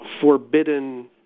forbidden